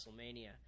Wrestlemania